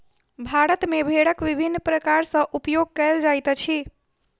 भारत मे भेड़क विभिन्न प्रकार सॅ उपयोग कयल जाइत अछि